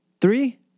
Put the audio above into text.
Three